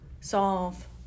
solve